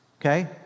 Okay